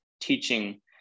teaching